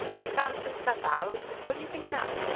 we found some stuff out what do you think now?